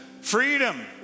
Freedom